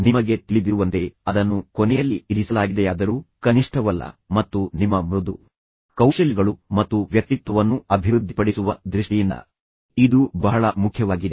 ನಿಮಗೆ ತಿಳಿದಿರುವಂತೆ ಅದನ್ನು ಕೊನೆಯಲ್ಲಿ ಇರಿಸಲಾಗಿದೆಯಾದರೂ ಕನಿಷ್ಠವಲ್ಲ ಮತ್ತು ನಿಮ್ಮ ಮೃದು ಕೌಶಲ್ಯಗಳು ಮತ್ತು ವ್ಯಕ್ತಿತ್ವವನ್ನು ಅಭಿವೃದ್ಧಿಪಡಿಸುವ ದೃಷ್ಟಿಯಿಂದ ಇದು ಬಹಳ ಮುಖ್ಯವಾಗಿದೆ